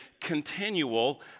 continual